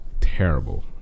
terrible